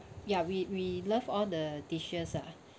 ya we we love all the dishes ah